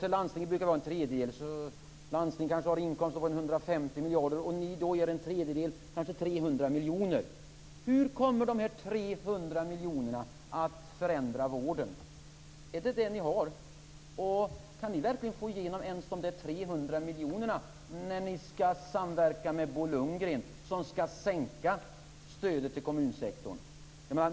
Till landstingen brukar det vara en tredjedel, så om landstingen har inkomster på ca 150 miljarder och ni ger en tredjedel blir det kanske 300 miljoner. Hur kommer de här 300 miljonerna att förändra vården? Är det vad ni har? Och kan ni verkligen få igenom ens dessa 300 miljoner när ni skall samverka med Bo Lundgren som skall sänka stödet till kommunsektorn?